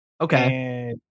Okay